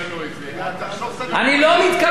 אני לא מתכוון לחסוך לכם כלום.